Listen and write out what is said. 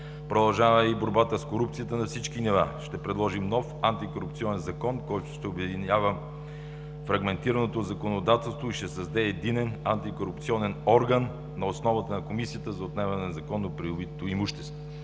Продължаваме и борбата с корупцията на всички нива. Ще предложим нов Антикорупционен закон, който ще обединява фрагментираното законодателство и ще създаде единен антикорупционен орган на основата на Комисията за отнемане на незаконно придобитото имущество.